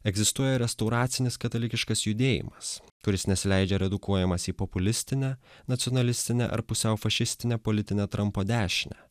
egzistuoja restauracinis katalikiškas judėjimas kuris nesileidžia redukuojamas į populistinę nacionalistinę ar pusiau fašistinę politinę trampo dešinę